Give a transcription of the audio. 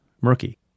murky